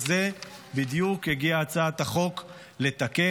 את זה בדיוק הגיעה הצעת החוק לתקן,